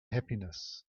happiness